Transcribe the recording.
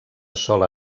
sola